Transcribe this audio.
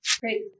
Great